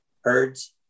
herds